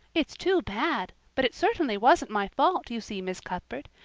it's too bad but it certainly wasn't my fault, you see, miss cuthbert.